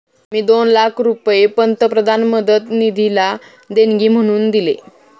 मी दोन लाख रुपये पंतप्रधान मदत निधीला देणगी म्हणून दिले